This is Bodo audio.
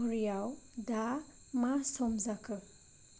घरियाव दा मा सम जाखो